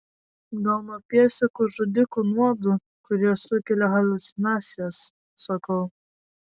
gal nuo pėdsekių žudikių nuodų kurie sukelia haliucinacijas sakau